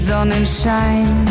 Sonnenschein